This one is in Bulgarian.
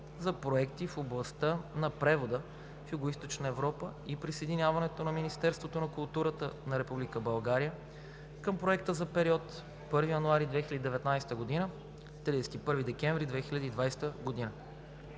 за проекти в областта на превода в Югоизточна Европа и присъединяването на Министерството на културата на Република България към проекта за периода 1 януари 2019 г. – 31 декември 2020 г.,